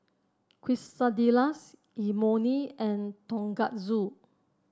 Quesadillas Imoni and Tonkatsu